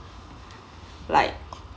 like